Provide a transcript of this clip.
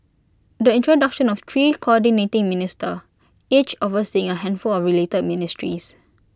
the introduction of three Coordinating Minister each overseeing A handful of related ministries